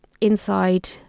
inside